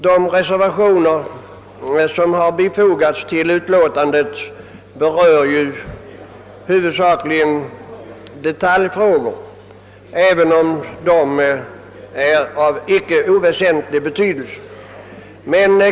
De reservationer som fogats till utlåtandet rör huvudsakligen detaljfrågor, som dock är av icke oväsentlig betydelse.